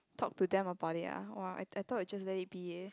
talk to them about their !wah! I I though it just let it be eh